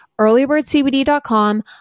earlybirdcbd.com